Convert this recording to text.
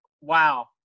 Wow